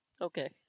Okay